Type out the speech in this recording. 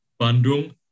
Bandung